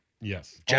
Yes